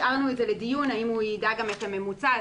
השארנו את זה לדיון האם הוא ידע גם את הממוצע.